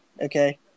okay